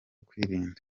kwirinda